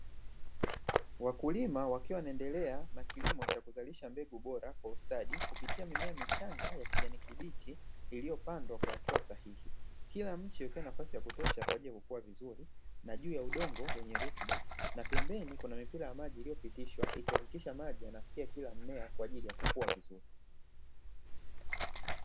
Wakulima wakiwa wanaendelea kuzalisha mbegu bora kwa ustadi, kupitia mimea michanga ya kijani kibichi iliyopandwa kwa hatua sahihi. Kila mche ukiwa na nafasi ya kutosha kwa ajili ya kukua vizuri na juu ya udongo wenye rutuba, na pembeni kuna mipira ya maji iliyopitishwa, ikihakikisha maji yanafikia kila mmea kwa ajili ya kukua vizuri.